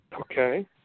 okay